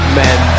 men